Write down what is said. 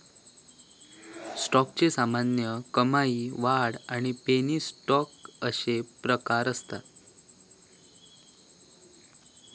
स्टॉकचे सामान्य, कमाई, वाढ आणि पेनी स्टॉक अशे प्रकार असत